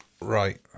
Right